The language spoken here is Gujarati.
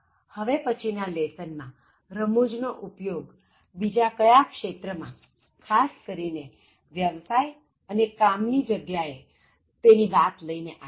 હવે પછીના લેસન માં રમૂજનો ઉપયોગ બીજા કયા ક્ષેત્ર માંખાસ કરીને વ્યવસાય અને કામની જગ્યા એ તેની વાત લઇ ને આવીશ